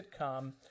sitcom